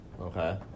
Okay